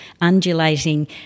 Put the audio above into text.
undulating